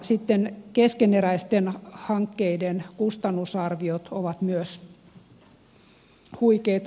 sitten keskeneräisten kustannusarviot ovat myös huikeita